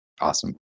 Awesome